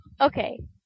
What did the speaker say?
Okay